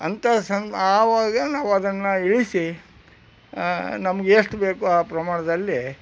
ಅಂತ ಸಮ ಆವಾಗ ನಾವು ಅದನ್ನು ಇಳಿಸಿ ನಮ್ಗೆ ಎಷ್ಟು ಬೇಕೊ ಆ ಪ್ರಮಾಣದಲ್ಲಿ